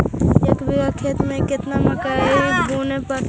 एक बिघा खेत में केतना मकई बुने पड़तै?